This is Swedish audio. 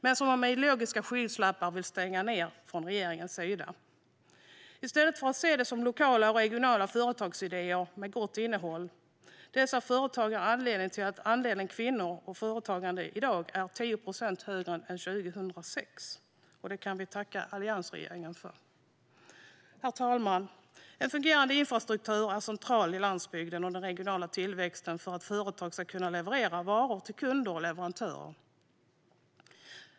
Men regeringen vill med hjälp av ideologiska skygglappar stänga i stället för att se lokala och regionala företagsidéer med gott innehåll. Dessa företag är anledningen till att andelen kvinnor i företagande i dag är 10 procent högre än 2006. Det kan vi tacka alliansregeringen för. Herr talman! En fungerande infrastruktur är central på landsbygden och för den regionala tillväxten så att företag ska kunna leverera varor till kunder och leverantörer.